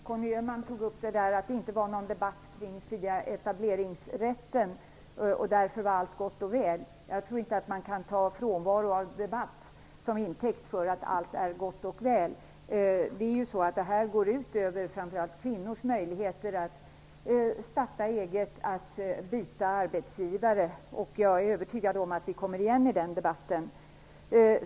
Herr talman! Conny Öhman tog upp att det inte är någon debatt kring den fria etableringsrätten och att allt därför är gott och väl. Jag tror inte att man kan ta en frånvaro av debatt till intäkt för att allt är gott och väl. Detta går ut över framför allt kvinnors möjligheter att starta eget eller byta arbetsgivare. Jag är övertygad om att vi kommer igen i den debatten.